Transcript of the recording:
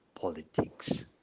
politics